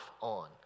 on